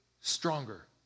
stronger